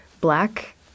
black